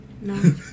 No